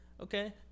Okay